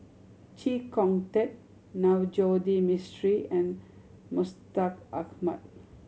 Chee Kong Tet Navroji D Mistri and Mustaq Ahmad